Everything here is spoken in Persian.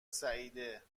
سعیده